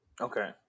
okay